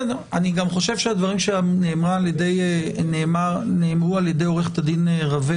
אני חושב שהדברים שנאמרו על ידי עורכת הדין רווה